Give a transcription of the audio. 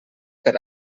per